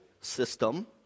system